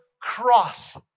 cross